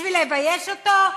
בשביל לבייש אותו?